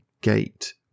gate